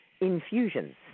infusions